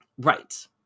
Right